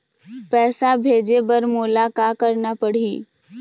पैसा भेजे बर मोला का करना पड़ही?